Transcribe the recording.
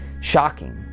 shocking